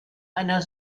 einer